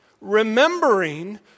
remembering